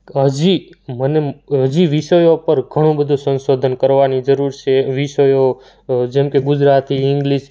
હજી મને હજી વિષયો પર ઘણુંબધું સંશોધન કરવાની જરૂર છે વિષયો જેમકે ગુજરાતી ઇંગ્લિશ